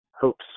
hopes